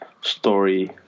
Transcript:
story